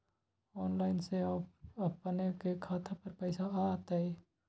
Online से अपने के खाता पर पैसा आ तई?